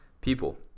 People